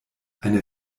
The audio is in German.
eine